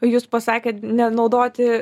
jūs pasakėt nenaudoti